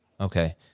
Okay